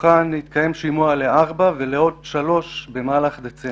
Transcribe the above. מתוכן התקיים שימוע לארבע ולעוד שלוש במהלך דצמבר.